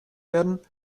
werden